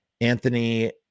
Anthony